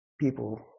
people